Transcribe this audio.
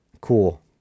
cool